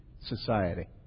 society